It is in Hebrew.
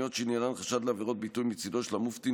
פניות שעניינן חשד לעבירות ביטוי מצידו של המופתי,